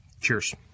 Cheers